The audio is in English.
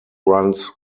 runs